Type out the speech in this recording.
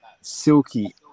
silky